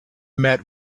met